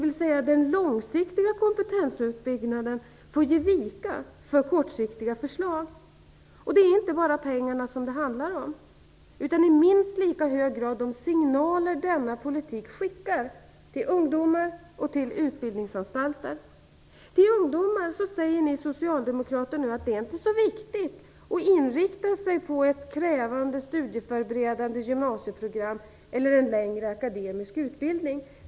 Den långsiktiga kompetensuppbyggnaden får ge vika för kortsiktiga förslag. Det är inte bara pengarna det handlar om, utan i minst lika hög grad de signaler denna politik skickar till ungdomar och till utbildningsanstalter. Till ungdomar säger ni socialdemokrater nu att det inte är så viktigt att inrikta sig på ett krävande studieförberedande gymnasieprogram eller en längre akademisk utbildning.